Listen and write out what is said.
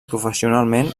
professionalment